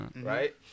right